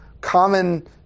common